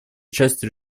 частью